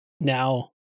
now